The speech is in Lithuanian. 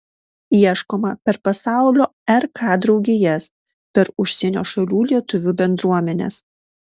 ieškoma per pasaulio rk draugijas per užsienio šalių lietuvių bendruomenes